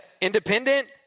independent